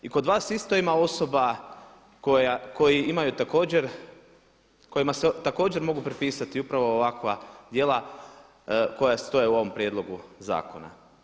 I kod vas isto ima osoba koje imaju također, kojima se također mogu pripisati upravo ovakva djela koja stoje u ovom prijedlogu zakona.